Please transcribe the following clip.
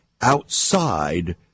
outside